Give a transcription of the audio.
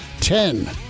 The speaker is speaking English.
Ten